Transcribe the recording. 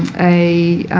a